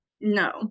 No